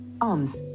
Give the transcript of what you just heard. arms